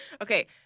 Okay